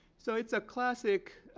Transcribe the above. so it's a classic